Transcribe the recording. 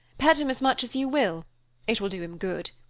pet him as much as you will it will do him good.